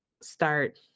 start